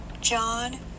John